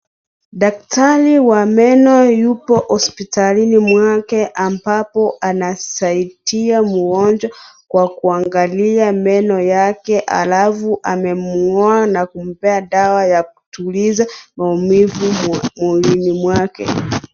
Daktari wa meno yupo hospitalini mwake ambapo anasaidia mgonjwa kwa kuangalia meno yake alafu amemuona na kumpea dawa ya kutuliza maumivu mwilini mwake.